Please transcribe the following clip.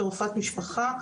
כרופאת משפחה,